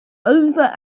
over